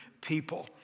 people